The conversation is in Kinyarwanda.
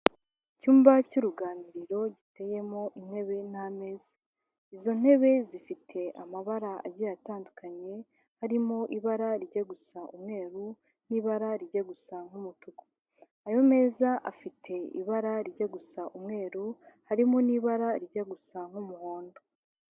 Icyumba cy'uruganiriro giteyemo intebe n'ameza, izo ntebe zifite amabara agiye atandukanye, harimo ibara rijya gusa umweru n'ibara rijya gusa nk'umutuku, ayo meza afite ibara rijya gusa umweru, harimo n'ibara rijya gusa nk'umuhondo.